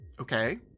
Okay